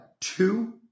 two